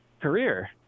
career